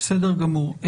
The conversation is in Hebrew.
בסדר גמור.